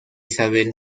isabel